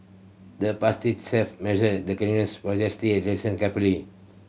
the pastry chef measured the grins for a zesty addressing carefully